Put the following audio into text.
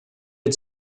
had